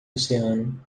oceano